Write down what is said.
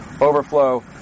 overflow